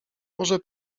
może